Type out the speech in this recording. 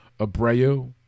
Abreu